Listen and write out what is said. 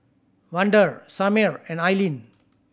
Vander Samir and Aileen